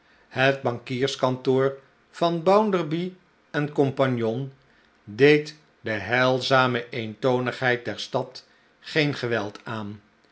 het bankierskantoor van bounderby en gomp deed de heilzame eentonigheid der stad geen geweld aan